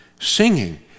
singing